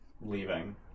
leaving